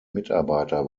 mitarbeiter